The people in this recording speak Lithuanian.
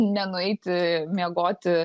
nenueiti miegoti